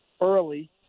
early